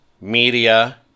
media